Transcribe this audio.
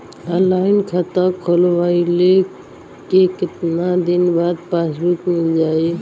Online खाता खोलवईले के कितना दिन बाद पासबुक मील जाई?